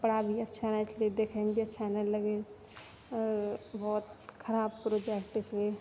काज भी अच्छा लागै देखैमे भी अच्छा लगै आओर बहुत खराब तरीकाके